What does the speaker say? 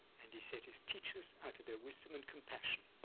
and he said his teachers, out of their wisdom and compassion,